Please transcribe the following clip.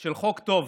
של חוק טוב.